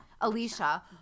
Alicia